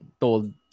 told